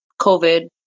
COVID